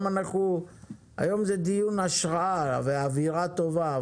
היום זה דיון השראה ואווירה טובה.